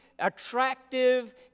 Attractive